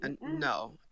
no